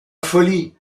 folie